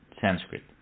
Sanskrit